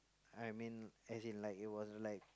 I mean as in like it was like